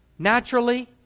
naturally